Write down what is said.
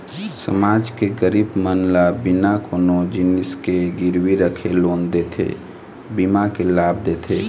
समाज के गरीब मन ल बिना कोनो जिनिस के गिरवी रखे लोन देथे, बीमा के लाभ देथे